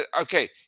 okay